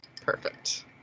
Perfect